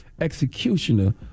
executioner